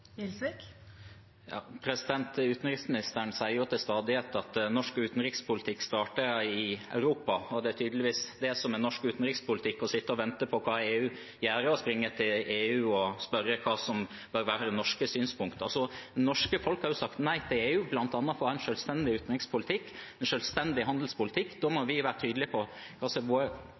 Utenriksministeren sier til stadighet at norsk utenrikspolitikk starter i Europa, og det er tydeligvis det som er norsk utenrikspolitikk: å sitte og vente på hva EU gjør, og springe etter EU og spørre hva som bør være norske synspunkter. Det norske folk har sagt nei til EU, bl.a. for å ha en selvstendig utenrikspolitikk og en selvstendig handelspolitikk. Da må vi være tydelige på hva som er våre